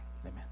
Amen